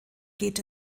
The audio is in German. geht